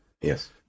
Yes